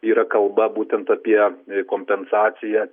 yra kalba būtent apie kompensaciją